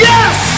Yes